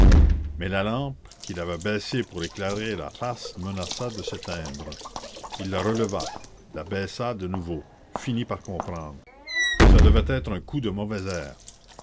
mais la lampe qu'il avait baissée pour lui éclairer la face menaça de s'éteindre il la releva la baissa de nouveau finit par comprendre ça devait être un coup de mauvais air